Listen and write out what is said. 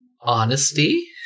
honesty